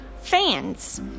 fans